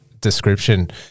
description